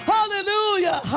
Hallelujah